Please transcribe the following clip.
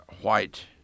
white